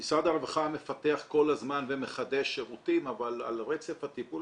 שמשרד הרווחה מפתח כל הזמן ומחדש שירותים אבל על רצף הטיפול